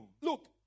Look